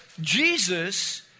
Jesus